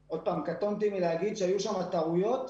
שוב, קטונתי להגיד שהיו שם טעויות.